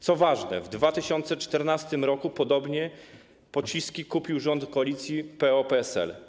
Co ważne, w 2014 r. podobne pociski kupił rząd koalicji PO-PSL.